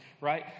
right